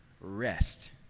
rest